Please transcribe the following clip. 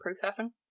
processing